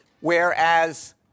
Whereas